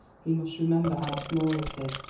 he must remember how small it is,